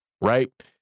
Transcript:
Right